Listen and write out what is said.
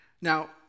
Now